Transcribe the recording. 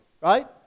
right